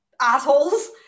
assholes